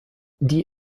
die